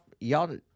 y'all